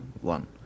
one